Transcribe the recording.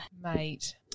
Mate